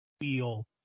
feel